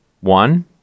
one